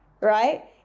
right